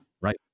Right